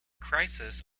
crisis